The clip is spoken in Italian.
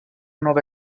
nuove